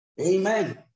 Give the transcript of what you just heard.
Amen